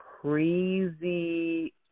crazy –